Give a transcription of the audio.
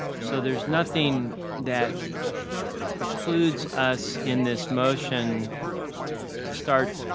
so there is nothing that precludes us in this motion to start